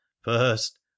first